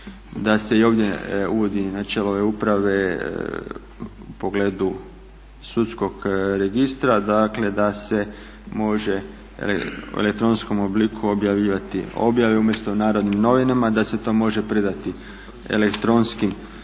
da se i ovdje uvodi načelo … uprave u pogledu sudskog registra, dakle da se može u elektronskom obliku objavljivati objave umjesto u Narodnim novinama, da se to može predati elektronskim putem